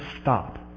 stop